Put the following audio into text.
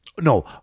no